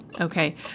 Okay